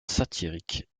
satirique